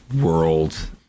world